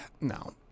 no